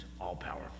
all-powerful